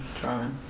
Trying